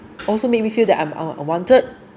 also made me feel that I'm I’m unwanted